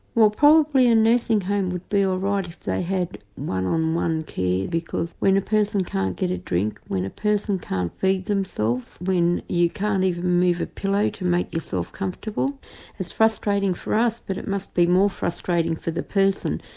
well probably a nursing home would be alright if they had one on one care because when a person can't get a drink, when a person can't feed themselves, when you can't even move a pillow to make yourself comfortable it's frustrating for us but it must be more frustrating for the person.